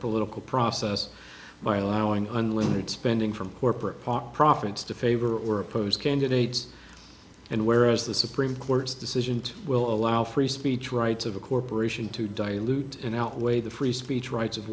political process by allowing unlimited spending from corporate profits to favor or oppose candidates and whereas the supreme court's decision will allow free speech rights of a corporation to dilute and outweigh the free speech rights of